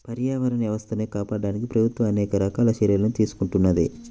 పర్యావరణ వ్యవస్థలను కాపాడడానికి ప్రభుత్వం అనేక రకాల చర్యలను తీసుకుంటున్నది